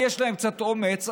יש להם קצת אומץ,